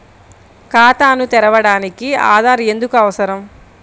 ఖాతాను తెరవడానికి ఆధార్ ఎందుకు అవసరం?